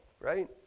right